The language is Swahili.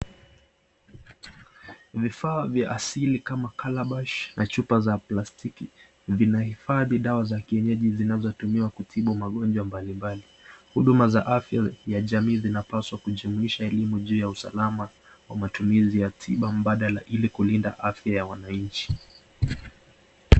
Vifaa vya asili kama calabash na chupa za plastiki vinahifadhi dawa za kienyeji zinazotumiwa kutibu magonjwa mbalimbali. Huduma za afya ya jamii zinapaswa kujumuisha elimu juu ya usalama wa matumizi ya tiba mbadala ili kulinda afya ya wananchi.